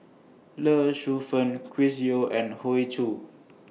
Lee Shu Fen Chris Yeo and Hoey Choo